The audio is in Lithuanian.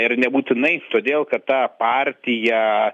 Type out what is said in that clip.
ir nebūtinai todėl kad ta partija